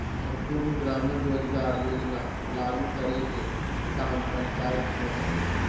सम्पूर्ण ग्रामीण रोजगार योजना लागू करे के काम पंचायत के हय